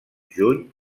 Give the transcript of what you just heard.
juny